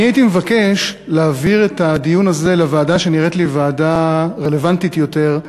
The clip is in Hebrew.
אני הייתי מבקש להעביר את הדיון הזה לוועדה שנראית לי רלוונטית יותר,